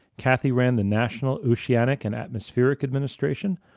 kathy ran the national oceanic and atmospheric administration,